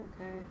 Okay